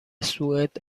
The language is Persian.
سوئد